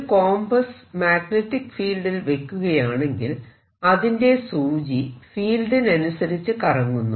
ഒരു compass magnetic ഫീൽഡിൽ വെക്കുകയാണെങ്കിൽ അതിന്റെ സൂചി ഫീൽഡിനനുസരിച്ച് കറങ്ങുന്നു